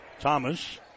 Thomas